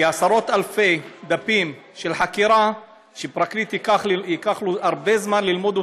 כי עשרות אלפי דפים של חקירה לפרקליט ייקח הרבה זמן ללמוד,